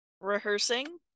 rehearsing